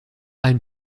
ein